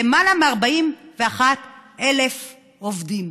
למעלה מ-41,000 עובדים.